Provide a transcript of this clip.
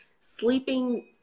Sleeping